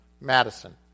Madison